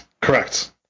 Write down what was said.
Correct